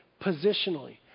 positionally